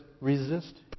resist